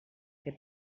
fer